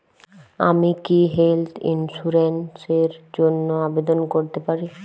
আমি কি health insurance র জন্য আবেদন করতে পারি?